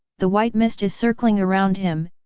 the white mist is circling around him,